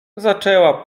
zaczęła